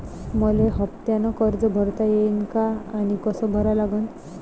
मले हफ्त्यानं कर्ज भरता येईन का आनी कस भरा लागन?